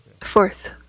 Fourth